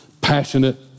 passionate